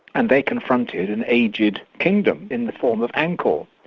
and they confronted an aged kingdom in the form of angkor.